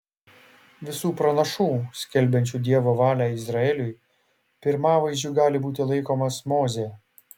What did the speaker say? visų pranašų skelbiančių dievo valią izraeliui pirmavaizdžiu gali būti laikomas mozė